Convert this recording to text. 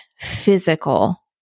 physical